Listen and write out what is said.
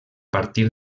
partir